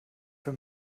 für